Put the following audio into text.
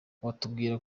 watubwira